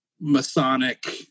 Masonic